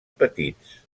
petits